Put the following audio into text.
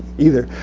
either.